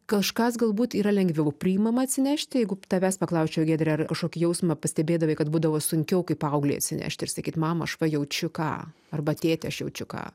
kažkas galbūt yra lengviau priimama atsinešti jeigu tavęs paklausčiau giedre ar kažkokį jausmą pastebėdavai kad būdavo sunkiau kaip paauglei atsinešt ir sakyt mama aš va jaučiu ką arba tėti aš jaučiu ką